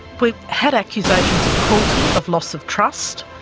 we had accusations of cruelty, of loss of trust,